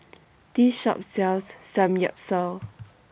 This Shop sells Samgyeopsal